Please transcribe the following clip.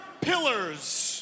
pillars